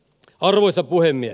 arvoisa puhemies